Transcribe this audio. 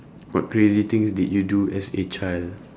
what crazy things did you do as a child